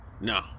No